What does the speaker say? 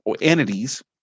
entities